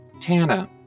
Tana